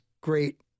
great